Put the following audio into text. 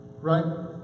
right